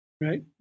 Right